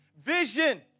vision